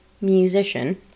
musician